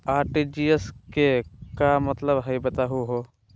RTGS के का मतलब हई, बताहु हो?